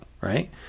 right